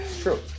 True